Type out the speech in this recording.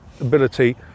ability